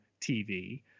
tv